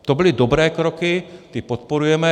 To byly dobré kroky, ty podporujeme.